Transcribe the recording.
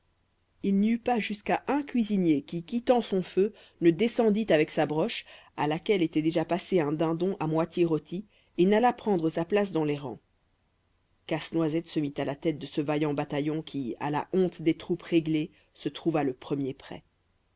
il n'y eut pas jusqu'à un cuisinier qui quittant son feu ne descendît avec sa broche à laquelle était déjà passé un dindon à moitié rôti et n'allât prendre sa place dans les rangs casse-noisette se mit à la tête de ce vaillant bataillon qui à la honte des troupes réglées se trouva le premier prêt